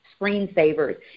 screensavers